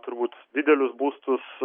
turbūt didelius būstus